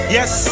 Yes